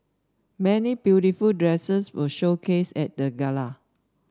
many beautiful dresses were showcased at the gala